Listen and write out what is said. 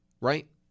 right